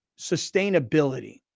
sustainability